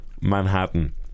Manhattan